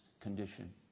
condition